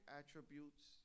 attributes